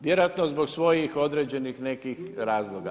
Vjerojatno zbog svojih određenih nekih razloga.